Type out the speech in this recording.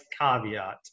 caveat